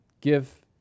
give